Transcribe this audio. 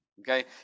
Okay